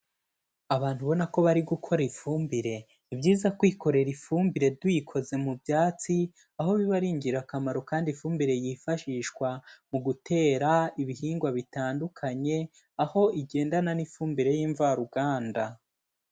Abantu ubona ko bari gukora ifumbire, ni byiza kwikorera ifumbire tuyikoze mu byatsi, aho biba ari ingirakamaro kandi ifumbire yifashishwa mu gutera ibihingwa bitandukanye, aho igendana n'ifumbire y'imvaruganda.